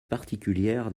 particulière